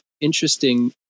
interesting